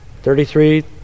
Thirty-three